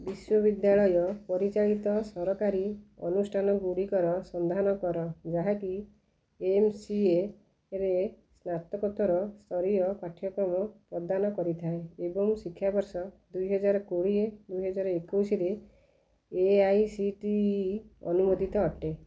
ବିଶ୍ୱବିଦ୍ୟାଳୟ ପରିଚାଳିତ ସରକାରୀ ଅନୁଷ୍ଠାନଗୁଡ଼ିକର ସନ୍ଧାନ କର ଯାହାକି ଏମ୍ସିଏରେ ସ୍ନାତକୋତ୍ତର ସ୍ତରୀୟ ପାଠ୍ୟକ୍ରମ ପ୍ରଦାନ କରିଥାଏ ଏବଂ ଶିକ୍ଷାବର୍ଷ ଦୁଇହଜାର କୁଡ଼ିଏ ଦୁଇହଜାର ଏକୋଇଶିରେ A I C T E ଅନୁମୋଦିତ ଅଟେ